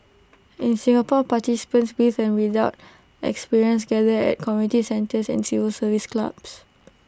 in Singapore participants with and without experience gathered at community centres and civil service clubs